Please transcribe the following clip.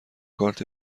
کارت